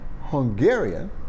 Hungarian